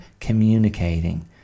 communicating